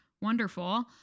wonderful